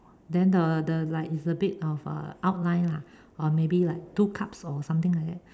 then the the like it's a bit of a outline lah or maybe like two cups or something like that